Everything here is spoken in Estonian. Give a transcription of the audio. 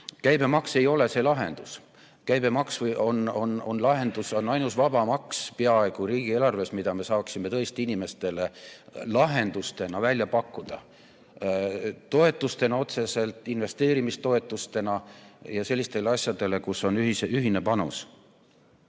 Käibemaks ei ole lahendus. Käibemaks on peaaegu ainus vaba maks riigieelarves, [mille raha] me saaksime tõesti inimestele lahendustena välja pakkuda. Toetustena otseselt, investeerimistoetustena ja sellistele asjadele, kus on ühine panus.